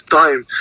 time